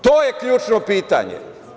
To je ključno pitanje.